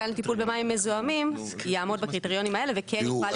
לטיפול במים מזוהמים יעמוד בקריטריונים האלה וכן יוכל להיכלל.